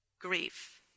grief